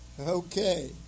Okay